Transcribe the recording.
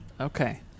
Okay